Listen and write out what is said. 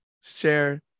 share